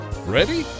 Ready